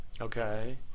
Okay